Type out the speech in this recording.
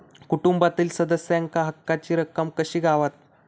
कुटुंबातील सदस्यांका हक्काची रक्कम कशी गावात?